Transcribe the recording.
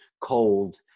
cold